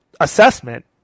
assessment